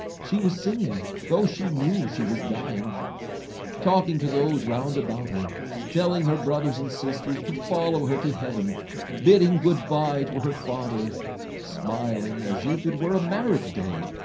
she was singing though. she knew she was dying talking to those round about her telling her brothers and sisters to follow her to heaven bidding. goodbye to her father smiling as if it were a marriage day.